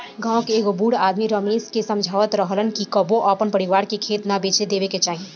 गांव के एगो बूढ़ आदमी रमेश के समझावत रहलन कि कबो आपन परिवार के खेत ना बेचे देबे के चाही